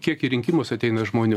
kiek į rinkimus ateina žmonių